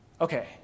Okay